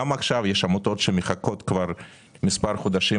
גם עכשיו יש עמותות שמחכות כבר מספר חודשים